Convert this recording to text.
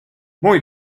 muy